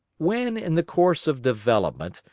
when, in the course of development,